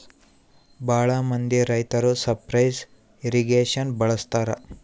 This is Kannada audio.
ಭಾಳ ಮಂದಿ ರೈತರು ಸರ್ಫೇಸ್ ಇರ್ರಿಗೇಷನ್ ಬಳಸ್ತರ